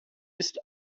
ist